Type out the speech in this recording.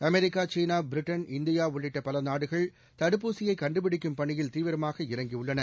America China Britain இந்தியாஉள்ளிட்டபலநாடுகள் தடுப்பூசியைகண்டுபிடிக்கும் பணியில் தீவிரமாக இறங்கியுள்ளன